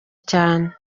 cyane